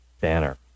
banner